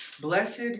Blessed